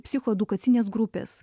psichoedukacinės grupės